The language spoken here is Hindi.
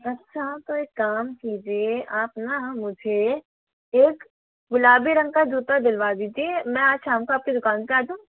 अच्छा तो एक काम कीजिए आप न मुझे एक गुलाबी रंग का जूता दिलवा दीजिए मैं आज शाम को आपकी दुकान पर आ जाऊँ